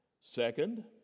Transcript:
Second